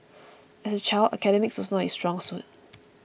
as a child academics was not his strong suit